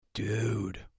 dude